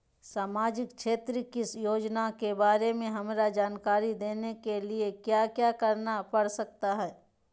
सामाजिक क्षेत्र की योजनाओं के बारे में हमरा जानकारी देने के लिए क्या क्या करना पड़ सकता है?